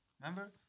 Remember